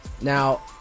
Now